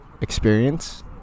experience